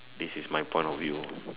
this is my point of view